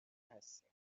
هستیم